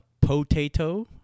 Potato